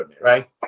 right